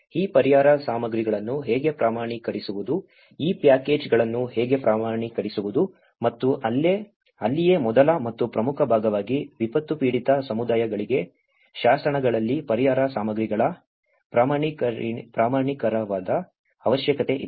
ಈ ಪರಿಹಾರ ಸಾಮಗ್ರಿಗಳನ್ನು ಹೇಗೆ ಪ್ರಮಾಣೀಕರಿಸುವುದು ಈ ಪ್ಯಾಕೇಜ್ಗಳನ್ನು ಹೇಗೆ ಪ್ರಮಾಣೀಕರಿಸುವುದು ಮತ್ತು ಅಲ್ಲಿಯೇ ಮೊದಲ ಮತ್ತು ಪ್ರಮುಖ ಭಾಗವಾಗಿ ವಿಪತ್ತು ಪೀಡಿತ ಸಮುದಾಯಗಳಿಗೆ ಶಾಸನಗಳಲ್ಲಿ ಪರಿಹಾರ ಸಾಮಗ್ರಿಗಳ ಪ್ರಮಾಣೀಕರಣದ ಅವಶ್ಯಕತೆಯಿದೆ